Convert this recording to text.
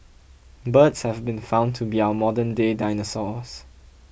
birds have been found to be our modernday dinosaurs